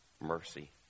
mercy